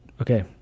okay